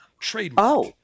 trademark